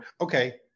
okay